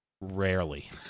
rarely